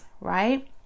right